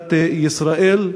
מדינת ישראל.